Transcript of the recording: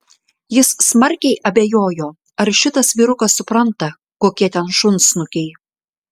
jis smarkiai abejojo ar šitas vyrukas supranta kokie ten šunsnukiai